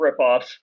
ripoffs